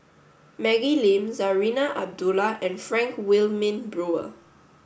Maggie Lim Zarinah Abdullah and Frank Wilmin Brewer